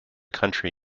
country